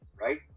Right